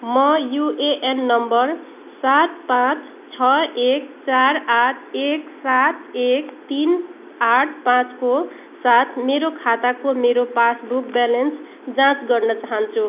म UAN number सात पाँच छ एक चार आठ एक सात एक तिन आठ पाँचको साथ मेरो खाताको मेरो पासबुक ब्यालेन्स जाँच गर्न चाहन्छु